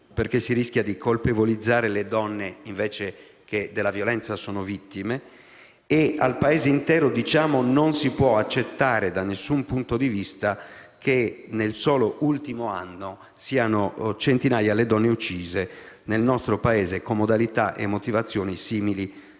perché si rischia di colpevolizzare le donne che invece della violenza sono vittime ed al Paese intero diciamo che non si può accettare da nessun punto di vista che nel solo ultimo anno siano un centinaio le donne uccise nel nostro Paese con modalità e motivazioni simili